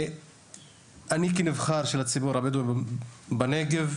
אני כנבחר של הציבור הבדואי בנגב,